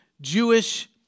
Jewish